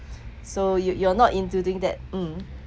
so you you're not into doing that mm